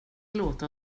låta